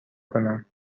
کنم